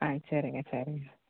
ஆ சரிங்க சரிங்க